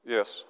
Yes